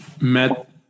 met